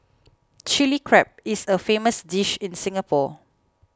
Chilli Crab is a famous dish in Singapore